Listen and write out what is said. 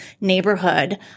neighborhood